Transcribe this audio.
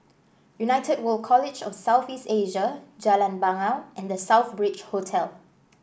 United World College of South East Asia Jalan Bangau and The Southbridge Hotel